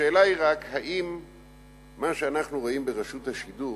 השאלה היא רק אם מה שאנחנו רואים ברשות השידור